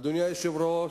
אדוני היושב-ראש,